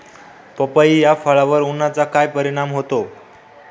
पपई या फळावर उन्हाचा काय परिणाम होतो?